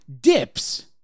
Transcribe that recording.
dips